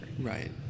Right